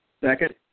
Second